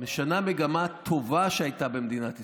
משנה מגמה טובה שהייתה במדינת ישראל,